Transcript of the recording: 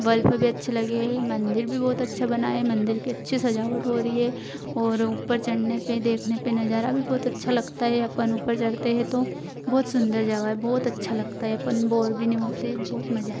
bulb भी अच्छे लगे हैं मंदिर भी बहुत अच्छा बना है मंदिर की अच्छी सजावट हो रही है और ऊपर चढ़ने पर देखने पर नज़ारा भी बहुत अच्छा लगता है अपन ऊपर चढ़ते है तो बहुत सुन्दर जगह है बहुत अच्छा लगता है अपन बोर भी नहीं होते बहुत मज़ा आता है